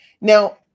Now